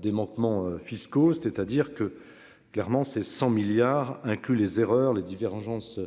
des manquements fiscaux, c'est-à-dire que clairement c'est 100 milliards inclut les erreurs, les divergences